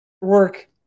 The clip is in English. work